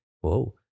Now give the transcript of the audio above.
Whoa